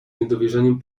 niedowierzaniem